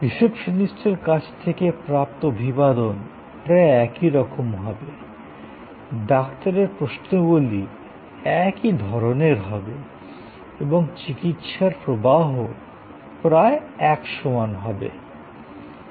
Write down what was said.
রিসেপশনিস্টের কাছ থেকে প্রাপ্ত অভিবাদন প্রায় একই রকম হবে ডাক্তারের প্রশ্নগুলি একই ধরণের হবে এবং চিকিৎসার প্রবাহও প্রায় একসমান হবে